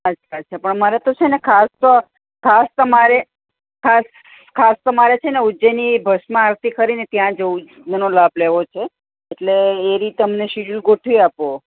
અચ્છા અચ્છા પણ મારે તો છેને ખાસ તો ખાસ તમારે ખાસ ખાસ તો મારે છેને ઉજ્જૈનની ભસ્મ આરતી ખરીને ત્યાં જવું જૂનો લાભ લેવો છે એટલે એ રીતે અમને શિડ્યુલ ગોઠવી આપો